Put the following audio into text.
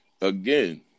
again –